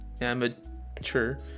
amateur